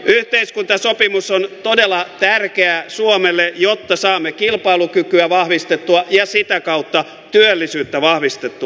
yhteiskuntasopimus on todella tärkeä suomelle jotta saamme kilpailukykyä vahvistettua ja sitä kautta työllisyyttä vahvistettua